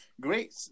Great